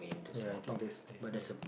ya I think that's of the